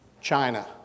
China